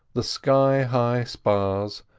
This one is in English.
the sky-high spars,